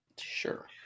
Sure